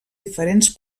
diferents